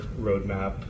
roadmap